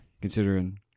considering